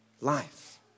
life